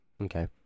Okay